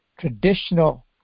traditional